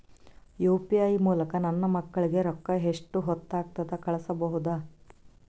UPI ಮೂಲಕ ನನ್ನ ಮಕ್ಕಳಿಗ ರೊಕ್ಕ ಎಷ್ಟ ಹೊತ್ತದಾಗ ಕಳಸಬಹುದು?